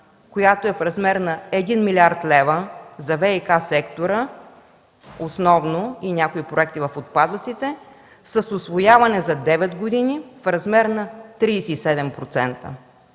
която е в размер на 1 млрд. лв. за ВиК сектора основно и някои проекти в отпадъците, с усвояване за девет години в размер на 37%.